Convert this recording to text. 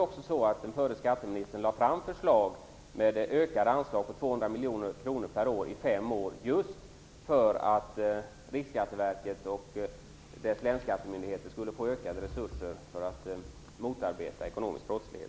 Den förre skatteministern lade fram ett förslag om ökade anslag på 200 miljoner kronor per år under fem år just för att Riksskatteverket och dess länsskattemyndigheter skulle få ökade resurser för att motarbeta ekonomisk brottslighet.